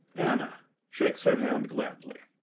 anna shakes her hand gladly.